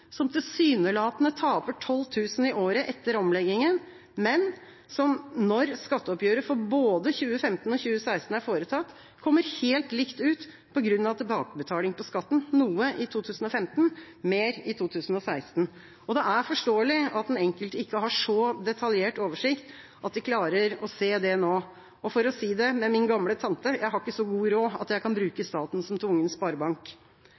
som tilsynelatende taper 12 000 i året etter omlegginga, men som når skatteoppgjøret for både 2015 og 2016 er foretatt, kommer helt likt ut på grunn av tilbakebetaling på skatten – noe i 2015 og mer i 2016. Det er forståelig at den enkelte ikke har så detaljert oversikt at de klarer å se det nå. Og for å si det med min gamle tante: Jeg har ikke så god råd at jeg kan bruke staten som tvungen sparebank.